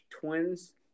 twins